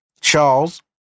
Charles